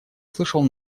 слышал